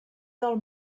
del